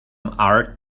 art